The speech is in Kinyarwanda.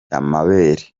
amarebe